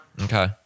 Okay